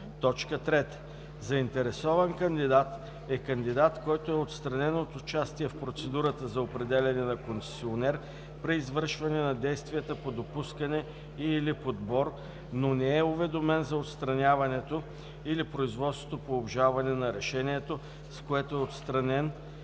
3. „Заинтересован кандидат“ е кандидат, който е отстранен от участие в процедурата за определяне на концесионер при извършване на действията по допускане и/или подбор, но не е уведомен за отстраняването или производството по обжалване на решението, с което е отстранен,